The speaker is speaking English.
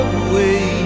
away